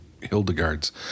Hildegard's